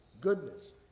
goodness